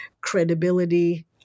credibility